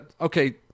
okay